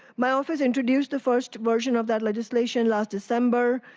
my office introduced the first version of that legislation last december,